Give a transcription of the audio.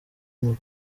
muri